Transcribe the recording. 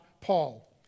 Paul